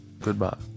goodbye